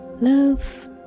Love